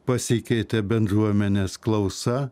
pasikeitė bendruomenės klausa